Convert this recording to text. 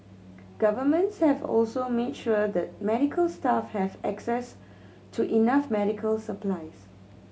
governments have also made sure that medical staff have access to enough medical supplies